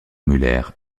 müller